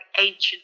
Ancient